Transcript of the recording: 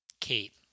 Kate